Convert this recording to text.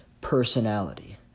personality